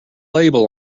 label